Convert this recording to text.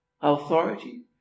authority